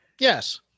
yes